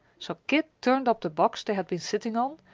so kit turned up the box they had been sitting on,